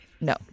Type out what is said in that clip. No